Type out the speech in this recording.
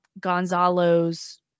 Gonzalo's